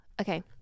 Okay